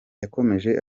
yakomeje